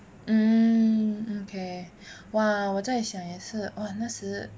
um okay !wah! 我在想也是哇那时